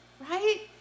Right